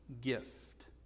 gift